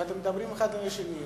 ואתם מדברים אחד עם השני,